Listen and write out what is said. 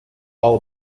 all